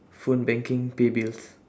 phone banking pay bills